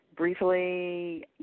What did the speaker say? Briefly